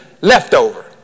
leftover